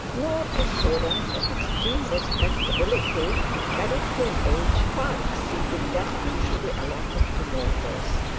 nor assurance of extreme respectability carried to an age far exceeding that usually allotted to mortals.